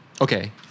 Okay